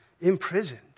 imprisoned